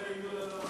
תודה רבה.